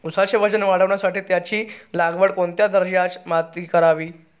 ऊसाचे वजन वाढवण्यासाठी त्याची लागवड कोणत्या दर्जाच्या मातीत करावी?